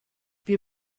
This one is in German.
wir